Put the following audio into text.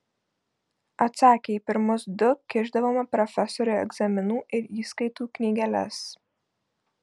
atsakę į pirmus du kišdavome profesoriui egzaminų ir įskaitų knygeles